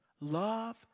Love